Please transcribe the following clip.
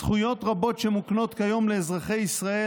זכויות רבות שמוקנות כיום לאזרחי ישראל